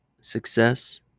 success